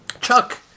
Chuck